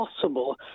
possible